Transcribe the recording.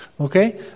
Okay